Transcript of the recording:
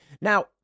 now